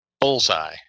Bullseye